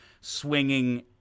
swinging